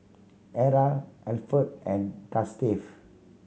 Era Alferd and Gustave